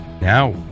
Now